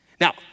Now